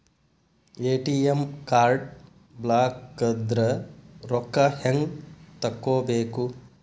ATM card ಬ್ಲಾಕದ್ರ ರೊಕ್ಕಾ ಹೆಂಗ್ ತಕ್ಕೊಬೇಕು?